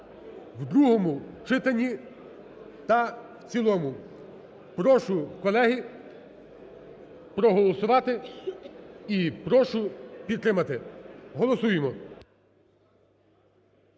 в другому читанні та в цілому. Прошу, колеги, проголосувати і прошу підтримати. Голосуємо,